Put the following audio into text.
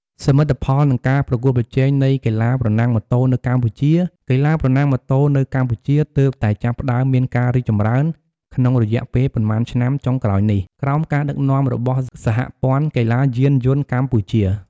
សមិទ្ធផល និងការប្រកួតប្រជែងនៃកីឡាប្រណាំងម៉ូតូនៅកម្ពុជា កីឡាប្រណាំងម៉ូតូនៅកម្ពុជាទើបតែចាប់ផ្តើមមានការរីកចម្រើនក្នុងរយៈពេលប៉ុន្មានឆ្នាំចុងក្រោយនេះ ក្រោមការដឹកនាំរបស់ សហព័ន្ធកីឡាយានយន្តកម្ពុជា។